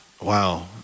Wow